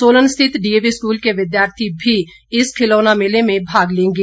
सोलन स्थित DAV school के विद्यार्थी भी इस खिलौना मेले में भाग लेंगे